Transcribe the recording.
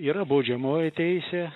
yra baudžiamoji teisė